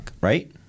right